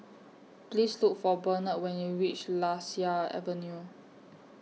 Please Look For Benard when YOU REACH Lasia Avenue